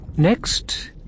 Next